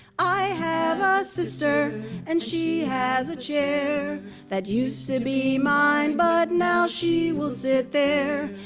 i have a sister and she has a chair that used to be mine, but now she will sit there.